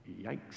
Yikes